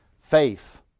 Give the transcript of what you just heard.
Faith